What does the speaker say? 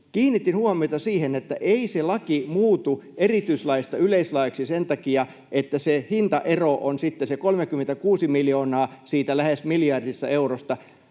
Kiinnitin huomiota siihen, että ei se laki muutu erityislaista yleislaiksi sen takia, että hintaero on sitten se 36 miljoonaa siitä lähes miljardista eurosta.